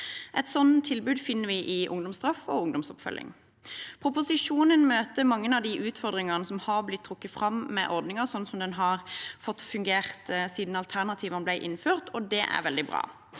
Et slikt tilbud finner vi i ungdomsstraff og ungdomsoppfølging. Proposisjonen møter mange av de utfordringene som har blitt trukket fram med ordningen slik den har fungert siden alternativene ble innført, og det er veldig bra.